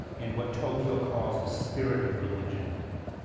and what tocqueville calls the spirit of religion,